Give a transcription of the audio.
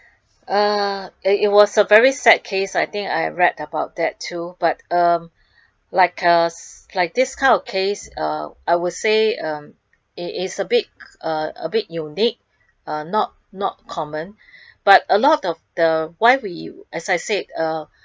uh it was a very sad case I think I read about that too but um like a like this kind of case uh I would say uh it it's a bit uh a bit unique um not not common but a lot of the why we as I said uh